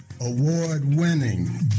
award-winning